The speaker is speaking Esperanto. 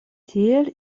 tiel